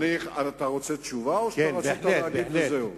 אתה רוצה תשובה או שרצית להגיד וזהו?